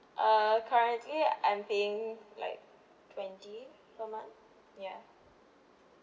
uh currently I'm paying like twenty per month ya